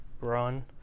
run